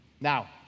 Now